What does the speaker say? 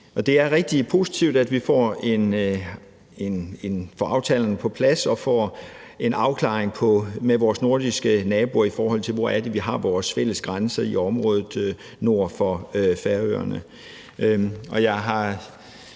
Det er rigtig positivt, at vi får aftalerne på plads og får en afklaring med vores nordiske naboer, i forhold til hvor vi har vores fælles grænser i området nord for Færøerne.